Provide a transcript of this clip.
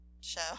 show